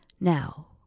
Now